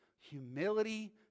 humility